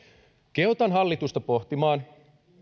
kehotan hallitusta pohtimaan